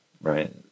right